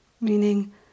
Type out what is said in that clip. meaning